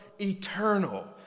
eternal